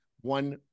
one